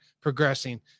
progressing